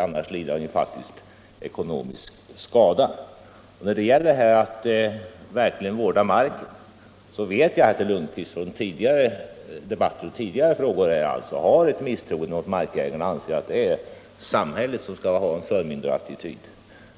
Annars lider ju markägaren faktiskt ekonomisk skada. När det gäller att verkligen vårda marken vet jag från tidigare debatter att statsrådet Lundkvist har ett misstroende mot markägarna och menar att det är samhället som skall ha en förmyndarattityd.